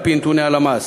על-פי נתוני הלמ"ס,